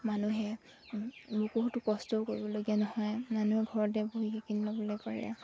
মানুহে বহুতো কষ্টও কৰিবলগীয়া নহয় মানুহে ঘৰতে বহি কিনি ল'বলৈ পাৰে